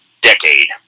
decade